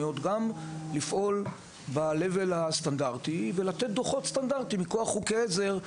גם לפעול ברמה הסטנדרטית ולתת דו"חות סטנדרטיים מכוח חוקי עזר,